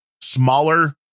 smaller